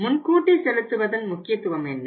முன்கூட்டி செலுத்துவதன் முக்கியத்துவம் என்ன